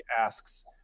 asks